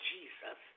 Jesus